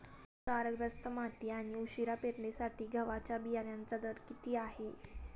क्षारग्रस्त माती आणि उशिरा पेरणीसाठी गव्हाच्या बियाण्यांचा दर किती?